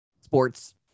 sports